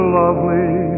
lovely